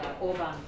Orban